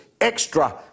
extra